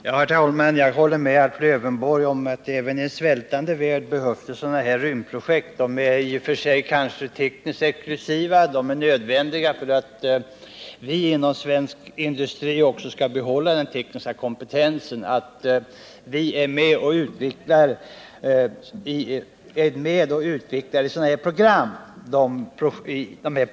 Herr talman! Jag håller med Alf Lövenborg om att dessa rymdprojekt behövs även i en svältande värld. De är tekniskt exklusiva och nödvändiga för oss om vi inom svensk industri skall behålla vår tekniska kompetens. Vi måste då vara med och utveckla projekt som dessa.